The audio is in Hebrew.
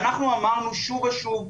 ואנחנו אמרנו שוב ושוב,